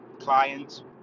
clients